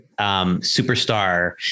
superstar